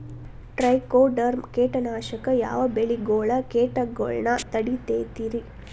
Trichoderma ಕೇಟನಾಶಕ ಯಾವ ಬೆಳಿಗೊಳ ಕೇಟಗೊಳ್ನ ತಡಿತೇತಿರಿ?